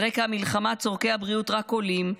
על רקע המלחמה צורכי הבריאות רק עולים,